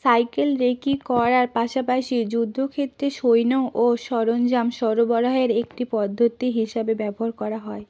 cycle recce করার পাশাপাশি যুদ্ধক্ষেত্রে সৈন্য ও সরঞ্জাম সরবরাহের একটি পদ্ধতি হিসাবে ব্যবহার করা হয়